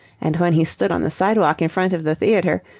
and when he stood on the sidewalk in front of the theatre,